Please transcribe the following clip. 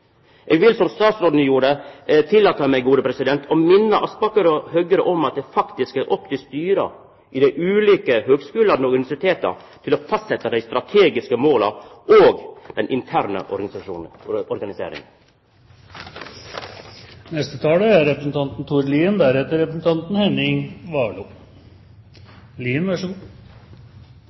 Eg vil, som statsråden gjorde, tillata meg å minna Aspaker og Høgre om at det faktisk er opp til styra i dei ulike høgskulane og universiteta å fastsetja dei strategiske måla og den interne organiseringa. I likhet med interpellanten ser jeg at det er behov for å diskutere SAK fra Stortingets talerstol. Jeg er